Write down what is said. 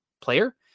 player